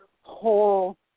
whole